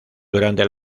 durante